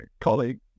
colleague